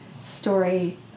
story